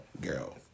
Girl